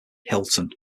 hilton